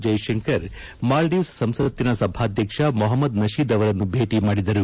ಜೈಶಂಕರ್ ಮಾಲ್ಡೀವ್ ಸಂಸತ್ತಿನ ಸಭಾಧ್ಯಕ್ಷ ಮೊಹಮ್ಮದ್ ನಶೀದ್ ಅವರನ್ನು ಭೇಟಿ ಮಾಡಿದರು